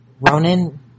Ronan